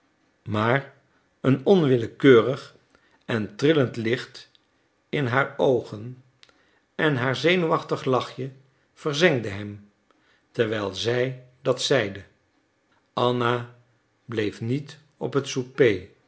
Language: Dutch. maar een onwillekeurig en trillend licht in haar oogen en haar zenuwachtig lachje verzengde hem terwijl zij dat zeide anna bleef niet op het